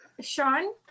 Sean